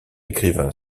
écrivain